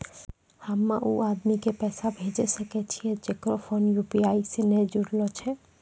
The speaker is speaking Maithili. हम्मय उ आदमी के पैसा भेजै सकय छियै जेकरो फोन यु.पी.आई से नैय जूरलो छै?